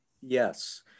Yes